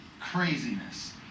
craziness